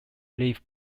live